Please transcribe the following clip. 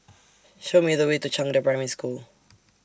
Show Me The Way to Zhangde Primary School